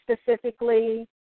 specifically